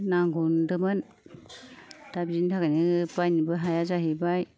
नांगौ नंदोंमोन दा बेनि थाखायनो बायनोबो हाया जाहैबाय